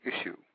issue